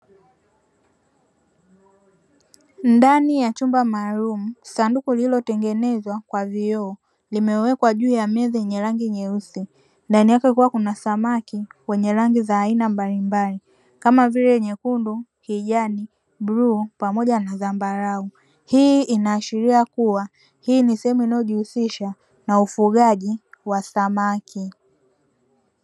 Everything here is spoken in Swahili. Ndani ya chumba maalumu sakunduku lililotengenezwa kwa vioo limewekwa juu ya meza yenye rangi nyeusi, ndani yake kukiwa kuna samaki wenye rangi za aina mbalimbali kama vile; nyekundu, kijani, bluu pamoja na zambarau. Hii inaashiria kuwa, hii ni sehemu inayojihusisha na ufugaji wa samaki.